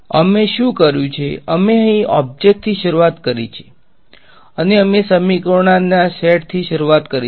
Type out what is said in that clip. અમે શું કર્યું છે અમે અહીં ઓબ્જેક્ટથી શરૂઆત કરી છે અને અમે સમીકરણોના આ સેટથી શરૂઆત કરી છે